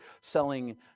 selling